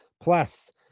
plus